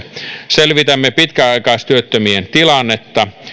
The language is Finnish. selvitämme pitkäaikaistyöttömien tilannetta